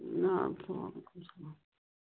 آدٕ سا وعلیکُم السلام